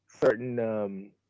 certain